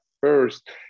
first